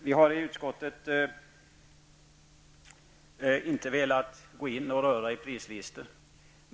Vi har i utskottet inte velat gå in och röra i prislistor.